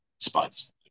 Spice